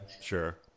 Sure